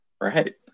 Right